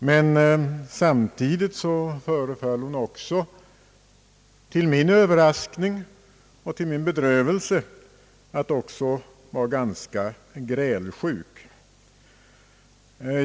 Men samtidigt förefaller hon också till min överraskning och till min bedrövelse vara ganska grälsjuk.